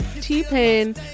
T-Pain